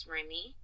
Remy